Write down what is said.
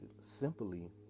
simply